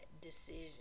decision